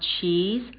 cheese